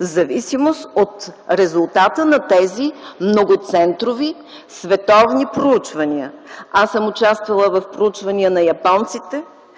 в зависимост от резултата на тези многоцентрови, световни проучвания. Аз съм участвала в проучвания на японците,